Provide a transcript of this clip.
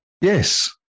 Yes